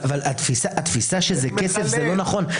אבל התפיסה שזה כסף, זה לא נכון.